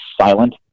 silent